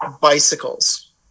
bicycles